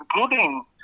including